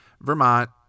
Vermont